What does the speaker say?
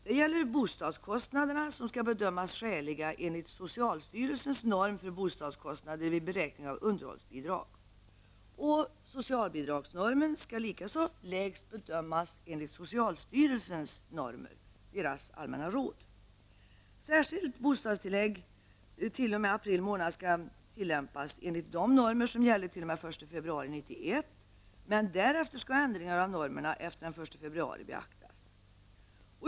Det gäller bostadskostnaderna, som skall bedömas skäliga enligt socialstyrelsens norm för bostadskostnader vid beräkning av underhållsbidrag. Socialbidragsnormen skall bedömas lägst enligt socialstyrelsens normer dess allmänna råd. Särskilt bostadstillägg t.o.m. april månad skall tillämpas enligt de normer som gällde t.o.m. den 1 februari 1991, men därefter skall ändringar av normerna efter den 1 februari beaktas.